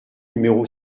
numéro